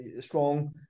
strong